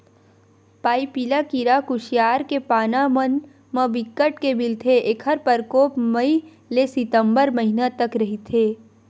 पाइपिला कीरा कुसियार के पाना मन म बिकट के मिलथे ऐखर परकोप मई ले सितंबर महिना तक रहिथे